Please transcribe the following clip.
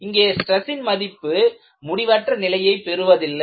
இங்கே ஸ்ட்ரெஸ்சின் மதிப்பு முடிவற்ற நிலையை பெறுவதில்லை